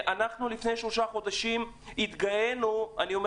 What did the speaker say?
אנחנו לפני שלושה חודשים התגאינו אני אומר